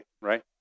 right